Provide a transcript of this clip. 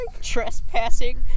Trespassing